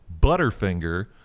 Butterfinger